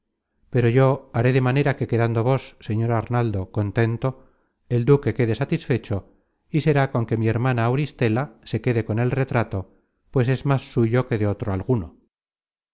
pero yo haré de manera que quedando vos señor arnaldo contento el duque quede satisfecho y será con que mi hermana auristela se quede con el retrato pues es más suyo que de otro alguno